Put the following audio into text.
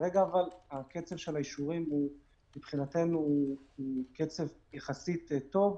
כרגע קצב האישורים, מבחינתנו, הוא קצב יחסית טוב.